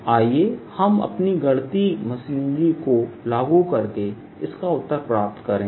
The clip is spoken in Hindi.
आइए अब हम अपनी गणितीय मशीनरी को लागू करके इसका उत्तर प्राप्त करें